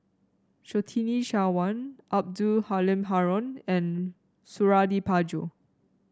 Surtini Sarwan Abdul Halim Haron and Suradi Parjo